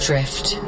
Drift